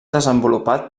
desenvolupat